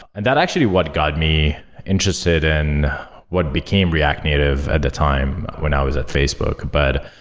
and that actually what got me interested in what became react native at the time when i was at facebook. but,